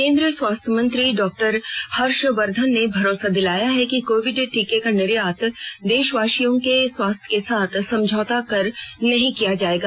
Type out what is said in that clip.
केन्द्रीय स्वास्थ्य मंत्री डॉ हर्षवर्धन ने भरोसा दिलाया है कि कोविड टीके का निर्यात देशवासियों के स्वास्थ्य के साथ समझौता कर नहीं किया जाएगा